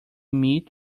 meet